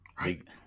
right